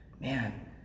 man